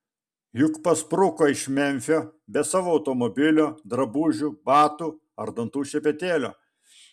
juk paspruko iš memfio be savo automobilio drabužių batų ar dantų šepetėlio